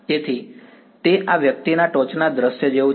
તેથી તે આ વ્યક્તિના ટોચના દૃશ્ય જેવું છે